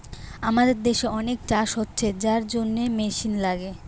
আমাদের দেশে অনেক চাষ হচ্ছে যার জন্যে মেশিন লাগে